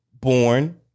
born